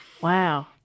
Wow